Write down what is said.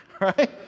right